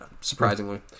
surprisingly